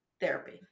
therapy